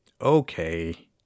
okay